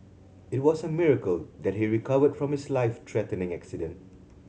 it was a miracle that he recovered from his life threatening accident